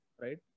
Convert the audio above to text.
right